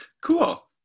Cool